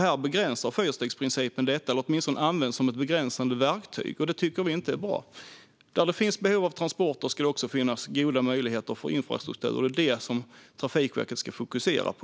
Fyrstegsprincipen begränsar detta, eller åtminstone används den som ett begränsande verktyg, och det tycker vi inte är bra. Där det finns behov av transporter ska det också finnas goda möjligheter för infrastruktur, och det är det som Trafikverket ska fokusera på.